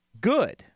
good